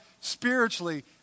spiritually